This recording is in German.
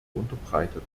unterbreitet